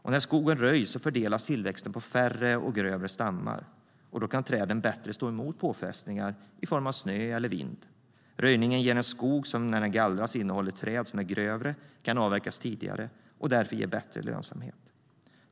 När skogen röjs fördelas tillväxten på färre och grövre stammar, och då kan träden bättre stå emot påfrestningar i form av snö och vind. Röjningen ger en skog som när den gallras innehåller träd som är grövre. Den kan avverkas tidigare och därför ge bättre lönsamhet.